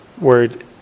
word